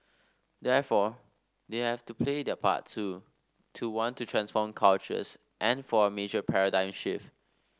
therefore they have to play their part too to want to transform cultures and for a major paradigm shift